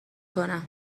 کنم